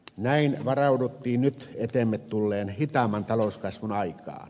näin varauduttiin nyt eteemme tulleen hitaamman talouskasvun aikaan